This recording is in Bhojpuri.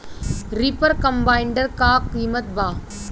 रिपर कम्बाइंडर का किमत बा?